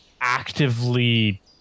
actively